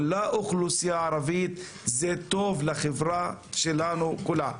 לאוכלוסייה הערבית זה טוב לחברה שלנו כולה.